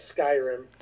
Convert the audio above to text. Skyrim